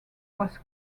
was